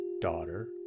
daughter